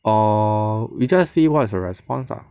err we just see what is the response ah